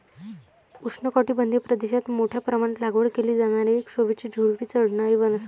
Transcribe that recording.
उष्णकटिबंधीय प्रदेशात मोठ्या प्रमाणात लागवड केली जाणारी एक शोभेची झुडुपी चढणारी वनस्पती